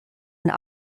and